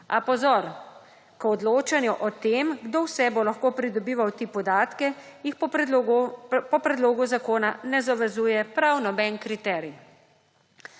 A pozor, k odločanju o tem, kdo vse bo lahko pridobival te podatke, jih po predlogu zakona ne zavezuje prav noben kriterij.